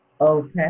Okay